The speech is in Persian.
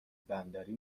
بندری